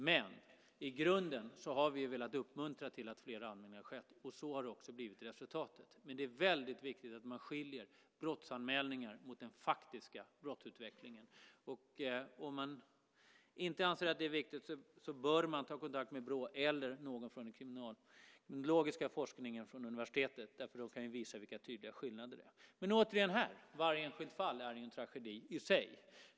Men i grunden har vi velat uppmuntra till att fler anmälningar har skett. Det har också blivit resultatet. Men det är viktigt att man skiljer brottsanmälningar från den faktiska brottsutvecklingen. Om man inte anser att det är viktigt så bör man ta kontakt med Brå eller någon från den kriminologiska forskningen från universiteten, för de kan visa vilka tydliga skillnader det är. Återigen är varje enskilt fall här en tragedi i sig.